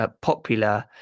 popular